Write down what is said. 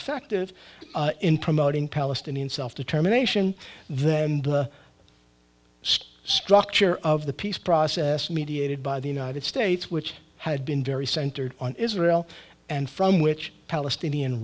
effective in promoting palestinian self determination then the structure of the peace process mediated by the united states which had been very centered on israel and from which palestinian